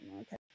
okay